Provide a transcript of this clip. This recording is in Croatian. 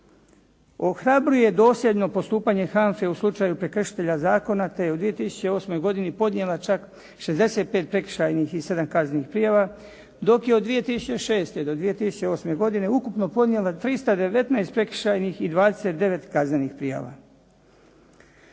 Ohrabruje dosljedno postupanje HANFA-e u slučaju7 prekršitelja zakona, te je u 2008. godini podnijela čak 65 prekršajnih i 7 kaznenih prijava, dok je od 2006. do 2008. godine ukupno ponijela 319 prekršajnih i 29 kaznenih prijava.